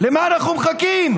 למה זה לא קורה?